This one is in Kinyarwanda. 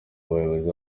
abayobozi